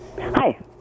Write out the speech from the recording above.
Hi